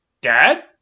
dad